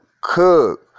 Cook